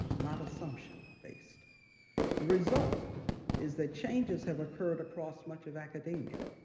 not assumption-based. the result is that changes have occurred across much of academia,